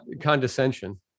condescension